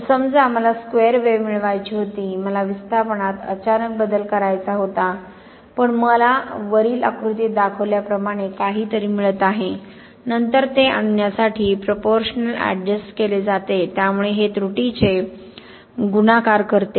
तर समजा मला स्क्वेअर वेव्ह मिळवायची होती मला विस्थापनात अचानक बदल करायचा होता पण मला वरील आकृतीत दाखवल्याप्रमाणे काहीतरी मिळत आहे नंतर ते आणण्यासाठी प्रोपोरश्नल ऍडजस्ट केले जाते त्यामुळे हे त्रुटीचे गुणाकार करते